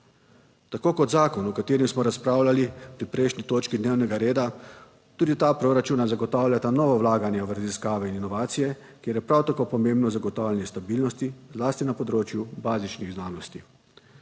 kot zakon, o katerem smo razpravljali pri prejšnji točki dnevnega reda, tudi ta proračuna zagotavljata nova vlaganja v raziskave in inovacije, kjer je prav tako pomembno zagotavljanje stabilnosti, zlasti na področju bazičnih znanosti.